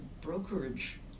brokerage